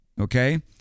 Okay